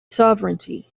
sovereignty